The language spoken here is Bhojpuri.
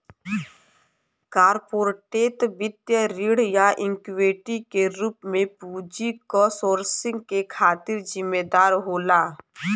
कॉरपोरेट वित्त ऋण या इक्विटी के रूप में पूंजी क सोर्सिंग के खातिर जिम्मेदार होला